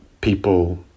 people